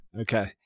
Okay